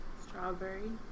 Strawberry